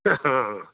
ହଁ ହଁ